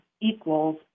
equals